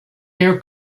their